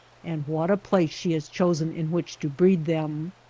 and what a place she has chosen in which to breed them!